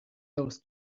those